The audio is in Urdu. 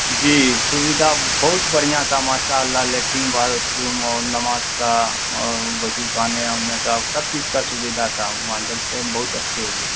جی سویدھا بہت بڑھیاں تھا ماشاء اللہ لیٹین باتھ روم اور نماج کا اور وضو کانے وونے کا سب چیز کا سویدھا تھا ماجل سے بہت اچھے ہوئے